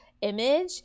image